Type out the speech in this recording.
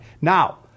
Now